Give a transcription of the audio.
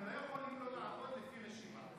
אתם לא יכולים לא לעבוד לפי רשימה.